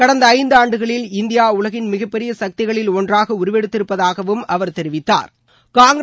கடந்த ஐந்தாண்டுகளில் இந்தியா மிகப் பெரிய சக்திகளில் ஒன்றாக உருவெடுத்திருப்பதாகவும் அவர் தெரிவித்தாா்